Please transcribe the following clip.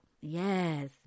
Yes